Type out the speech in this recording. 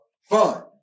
fun